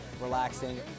relaxing